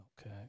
okay